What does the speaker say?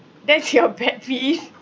that's your pet peeve